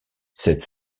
cette